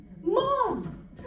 Mom